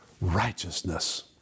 righteousness